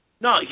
No